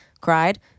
Cried